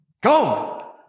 Go